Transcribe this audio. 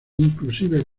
inclusive